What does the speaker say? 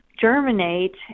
germinate